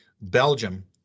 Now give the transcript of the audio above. Belgium